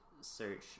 search